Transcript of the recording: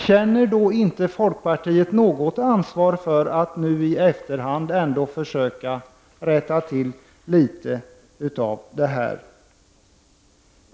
Känner då inte folkpartiet något ansvar för att nu i efterhand ändå försöka rätta till litet av detta?